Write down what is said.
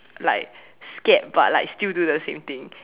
like scared but like still do the same thing